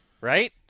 Right